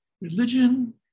religion